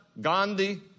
Gandhi